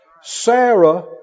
Sarah